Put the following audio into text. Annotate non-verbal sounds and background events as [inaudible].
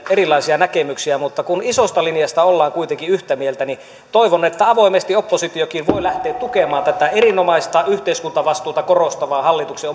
erilaisia näkemyksiä mutta isosta linjasta ollaan kuitenkin yhtä mieltä että avoimesti oppositiokin voi lähteä tukemaan tätä erinomaista yhteiskuntavastuuta korostavaa hallituksen [unintelligible]